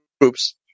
groups